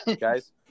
guys